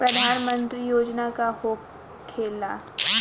प्रधानमंत्री योजना का होखेला?